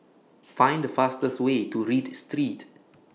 Find The fastest Way to Read Street